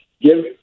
give